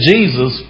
Jesus